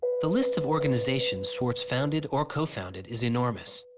the list of organizations swartz founded or co-founded is enourmous.